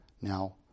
Now